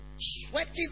sweating